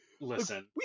listen